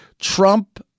Trump